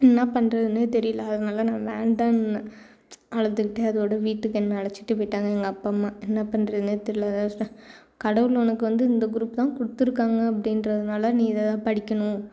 என்ன பண்ணுறதுனே தெரியல அதனால் நான் வேண்டாம்னேன் அழுதுக்கிட்டே அதோடு வீட்டுக்கு என்னை அழைச்சிட்டு போய்ட்டாங்க எங்கள் அப்பா அம்மா என்ன பண்ணறதுனே தெரியல அதான் கடவுள் உனக்கு வந்து இந்த குரூப் தான் கொடுத்துருக்காங்க அப்படின்றதுனால நீ இதை தான் படிக்கணும்